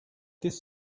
this